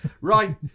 Right